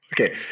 Okay